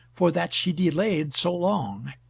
for that she delayed so long.